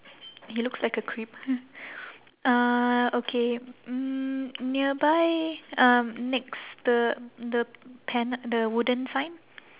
he looks like a creep uh okay mm nearby um next the the pan~ the wooden sign